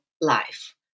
life